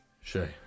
Shay